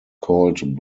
called